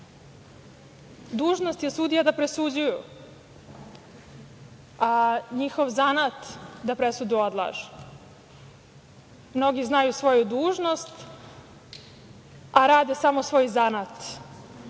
dužnost je sudija da presuđuju, a njihov zanat da presudu odlažu. Mnogi znaju svoju dužnost, a rade samo svoj zanat.